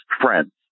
friends